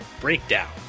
breakdown